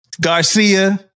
Garcia